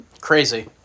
Crazy